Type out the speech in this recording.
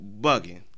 bugging